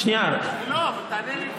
אבל תענה לי,